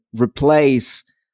replace